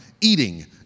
eating